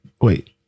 wait